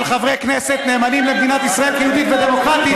חברי כנסת נאמנים למדינת ישראל כיהודית ודמוקרטית.